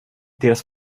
deras